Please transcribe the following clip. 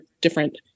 different